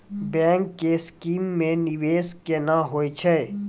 Bank के scheme मे निवेश केना होय छै?